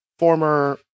former